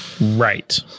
Right